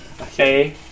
Okay